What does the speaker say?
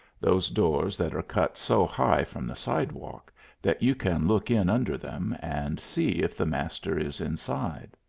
those doors that are cut so high from the sidewalk that you can look in under them, and see if the master is inside.